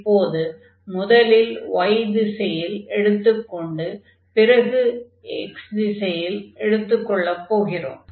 இப்போது முதலில் y திசையில் எடுத்துக்கொண்டு பிறகு x திசையில் எடுத்துக்கொள்ளப் போகிறோம்